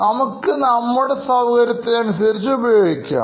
നമുക്ക് നമ്മുടെ സൌകര്യത്തിനനുസരിച്ച് ഉപയോഗിക്കാം